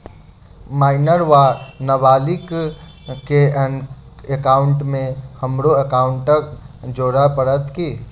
Minor वा नबालिग केँ एकाउंटमे हमरो एकाउन्ट जोड़य पड़त की?